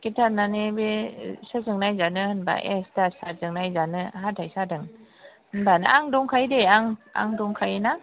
ticket दाननानै बे सोरजों नायजानो होनबा ए दास सारजों नायजानो हाथाय सादों होनबानो आं दंखायो दे आं आं दंखायोना